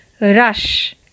rush